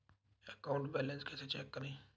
Account balance कैसे check करें?